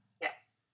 yes